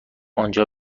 آنجا